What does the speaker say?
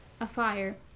afire